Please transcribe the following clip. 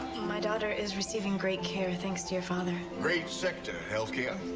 my daughter is receiving great care thanks to your father. great sector health care.